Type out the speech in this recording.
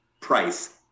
price